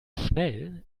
schnell